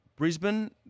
Brisbane